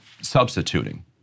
substituting